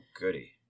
goody